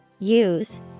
Use